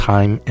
Time